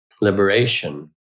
liberation